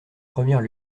premières